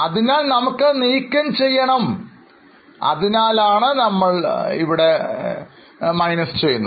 അതിനാൽ നമുക്ക് അത് നീക്കം ചെയ്യേണ്ടതുണ്ട് അതിനാൽ ആണ് നമ്മൾ ഇതിനെ കുറയ്ക്കുന്നത്